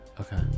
okay